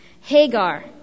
Hagar